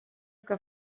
que